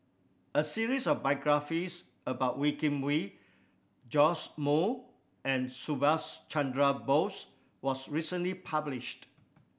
a series of biographies about Wee Kim Wee Joash Moo and Subhas Chandra Bose was recently published